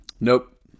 nope